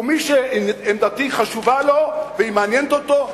ומי שעמדתי חשובה לו ומעניינת אותו,